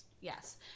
Yes